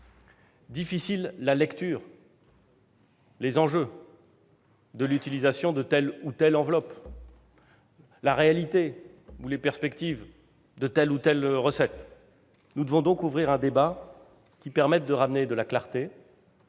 difficile la lecture, les enjeux de l'utilisation de telle ou telle enveloppe, la réalité ou les perspectives de telle ou telle recette. Nous devons donc ouvrir un débat qui permette de ramener de la clarté,